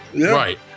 Right